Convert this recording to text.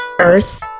Earth